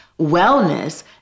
wellness